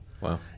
Wow